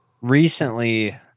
recently